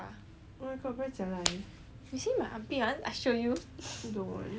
you see my armpit want I show you